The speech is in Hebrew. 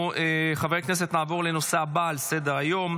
חברי הכנסת, נעבור לנושא הבא על סדר-היום: